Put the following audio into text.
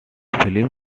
film